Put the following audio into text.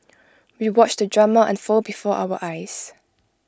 we watched the drama unfold before our eyes